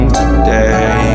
today